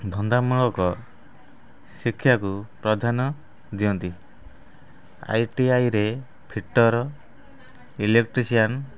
ଧନ୍ଦାମୂଳକ ଶିକ୍ଷାକୁ ପ୍ରଧାନ ଦିଅନ୍ତି ଆଇଟିଆଇରେ ଫିଟର୍ ଇଲେକ୍ଟ୍ରିସିଆନ୍